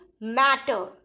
matter